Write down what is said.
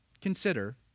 Consider